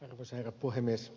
arvoisa herra puhemies